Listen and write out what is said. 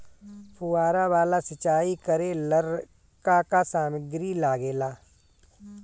फ़ुहारा वाला सिचाई करे लर का का समाग्री लागे ला?